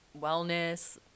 wellness